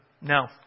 no